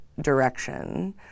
direction